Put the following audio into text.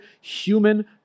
human